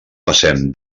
passem